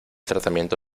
tratamiento